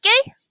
Okay